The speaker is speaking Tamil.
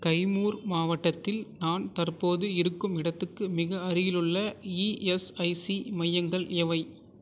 கைமூர் மாவட்டத்தில் நான் தற்போது இருக்கும் இடத்துக்கு மிக அருகிலுள்ள இஎஸ்ஐசி மையங்கள் எவை